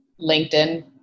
LinkedIn